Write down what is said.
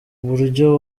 buryo